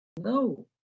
no